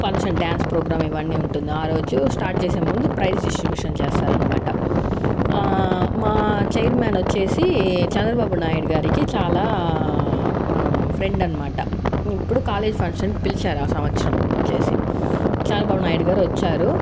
function dance programme ఇవన్నీ ఉంటుంది ఆరోజు స్టార్ట్ చేసే ముందు ప్రైజ్ డిస్ట్రిబ్యూషన్ చేస్తారు అనమాట మా చైర్మ్యాన్ వచ్చేసి చంద్రబాబు నాయుడు గారికి చాలా ఫ్రెండ్ అనమాట ఇప్పుడు కాలేజ్ ఫంక్షన్ కి పిలిచారు ఆ సంవత్సరం వచ్చేసి చంద్రబాబు నాయుడు గారు వచ్చారు